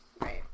Right